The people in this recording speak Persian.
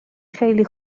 خیلی